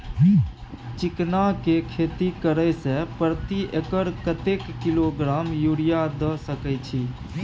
चिकना के खेती करे से प्रति एकर कतेक किलोग्राम यूरिया द सके छी?